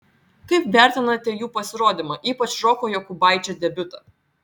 kaip vertinate jų pasirodymą ypač roko jokubaičio debiutą